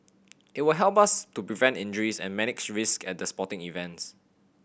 it will help us to prevent injuries and manage risk at the sporting events